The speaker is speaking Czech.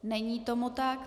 Není tomu tak.